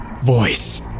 voice